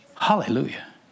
hallelujah